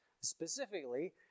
Specifically